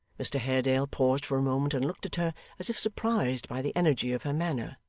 mr haredale paused for a moment, and looked at her as if surprised by the energy of her manner.